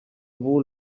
wool